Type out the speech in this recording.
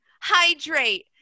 hydrate